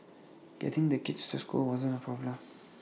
getting the kids to school wasn't A problem